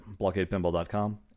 blockadepinball.com